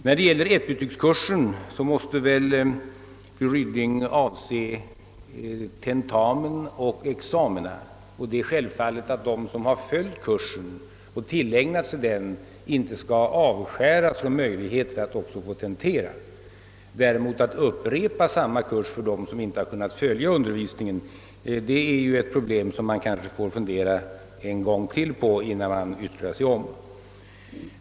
När det gäller ettbetygskursen måste väl fru Ryding avse tentamina och examina, och det är självfallet att de som har följt kursen och tillägnat sig den inte skall avskäras från möjligheten att också få tentera. Att däremot upprepa samma kurs för dem som inte kunnat följa undervisningen är ju ett problem som man får fundera på en gång till, innan man yttrar sig.